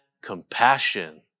compassion